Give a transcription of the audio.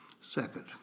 Second